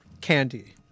candy